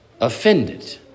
offended